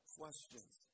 questions